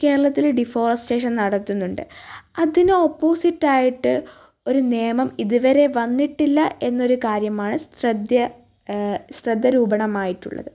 കേരളത്തിൽ ഡിഫോറസ്റ്റേഷൻ നടത്തുന്നുണ്ട് അതിന് ഓപ്പോസിറ്റായിട്ട് ഒരു നിയമം ഇതുവരെ വന്നിട്ടില്ല എന്നൊരു കാര്യമാണ് ശ്രദ്ധരൂപണമായിട്ടുള്ളത്